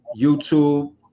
YouTube